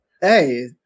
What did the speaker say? Hey